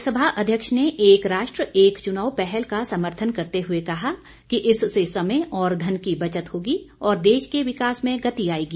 लोकसभा अध्यक्ष ने एक राष्ट्र एक चुनाव पहल का समर्थन करते हुए कहा कि इससे समय और धन की बचत होगी और देश के विकास में गति आएगी